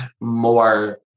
more